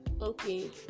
Okay